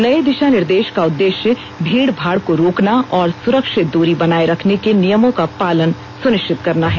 नए दिशा निर्देश का उद्देश्य भीडभाड़ को रोकना और सुरक्षित दूरी बनाए रखने के नियमों का पालन सुनिश्चित करना है